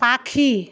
পাখি